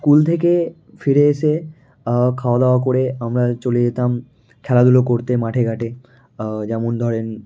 school থেকে ফিরে এসে খাওয়া দাওয়া করে আমরা চলে যেতাম খেলাধুলো করতে মাঠে ঘাটে যেমন ধরেন